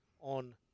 on